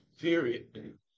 period